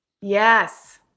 yes